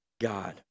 God